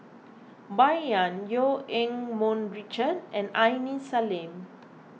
Bai Yan Eu Keng Mun Richard and Aini Salim